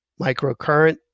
Microcurrent